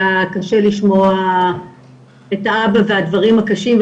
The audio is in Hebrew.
היה קשה לשמוע את האבא והדברים הקשים,